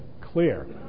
clear